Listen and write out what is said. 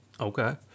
Okay